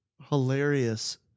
hilarious